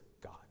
God